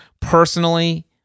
personally